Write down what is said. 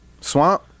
swamp